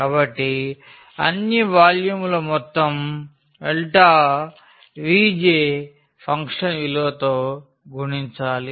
కాబట్టి ఈ అన్ని వాల్యూమ్ల మొత్తం Vj ఫంక్షన్ విలువతో గుణించాలి